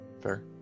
Fair